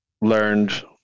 learned